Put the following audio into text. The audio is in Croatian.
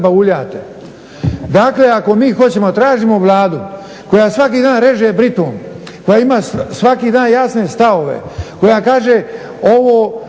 bauljate. Dakle ako mi hoćemo tražimo Vladu koja svaki dan reže britvom, koja ima svaki dan jasne stavove, koja kaže ovo